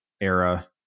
era